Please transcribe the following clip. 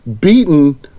beaten